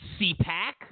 cpac